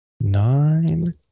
nine